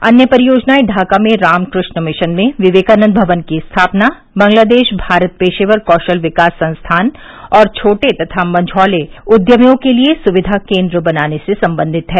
अन्य परियोजनाएं ढाका में रामकृष्ण मिशन में विवेकानंद भवन की स्थापना बंगलादेश भारत पेशेवर कौशल विकास संस्थान और छोटे तथा मझौले उद्यमियों के लिए सुक्विया केंद्र बनाने से संबंधित हैं